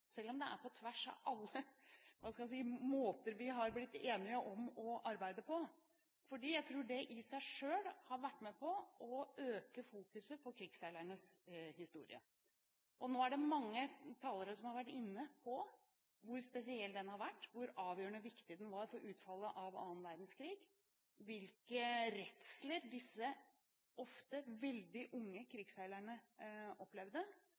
selv om det er på tvers av alle måter vi har blitt enige om å arbeide på, for jeg tror det i seg selv har vært med på å øke fokuset på krigsseilernes historie. Nå er det mange talere som har vært inne på hvor spesiell den har vært, hvor avgjørende viktig den var for utfallet av annen verdenskrig, hvilke redsler disse, ofte veldig unge, krigsseilerne opplevde,